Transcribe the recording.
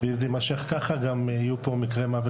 אם זה יימשך כך יהיו פה מקרי מוות,